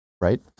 right